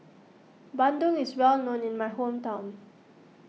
Bandung is well known in my hometown